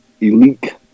elite